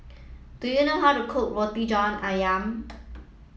do you know how to cook Roti John Ayam